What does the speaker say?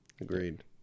Agreed